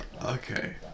Okay